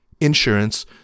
insurance